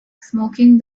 smoking